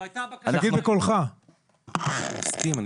אני מסכים.